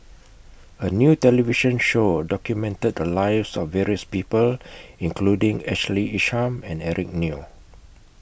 A New television Show documented The Lives of various People including Ashley Isham and Eric Neo